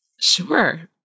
Sure